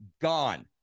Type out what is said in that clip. gone